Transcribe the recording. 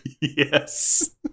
Yes